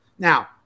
Now